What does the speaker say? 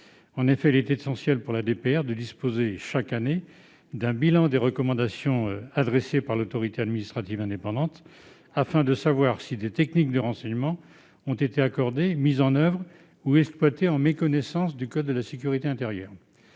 est effectivement essentiel pour la DPR de disposer, chaque année, d'un bilan des recommandations adressées par l'autorité administrative indépendante, et ce afin de savoir si des techniques de renseignement ont été accordées, mises en oeuvre ou exploitées en méconnaissance du code de la sécurité intérieure.